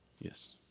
Yes